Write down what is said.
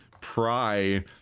pry